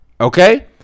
okay